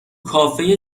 کافه